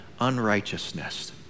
unrighteousness